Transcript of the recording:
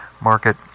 market